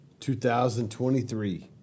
2023